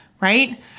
right